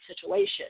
situation